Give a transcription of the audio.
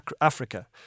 Africa